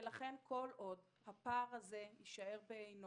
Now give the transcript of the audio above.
לכן כל עוד הפער הזה יישאר בעינו,